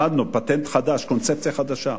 למדנו פטנט חדש, קונספציה חדשה.